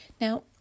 now